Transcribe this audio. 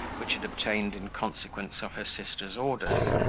which had obtained in consequence of her sister's orders,